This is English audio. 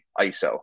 ISO